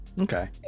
okay